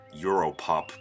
Europop